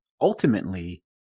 Ultimately